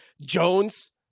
Jones